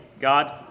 God